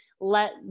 let